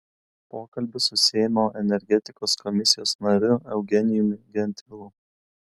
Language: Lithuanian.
pokalbis su seimo energetikos komisijos nariu eugenijumi gentvilu